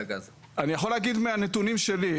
אני יכול להגיד על הנתונים שלי,